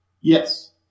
Yes